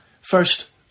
First